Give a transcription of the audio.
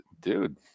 dude